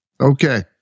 Okay